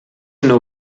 nur